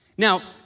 Now